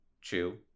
chew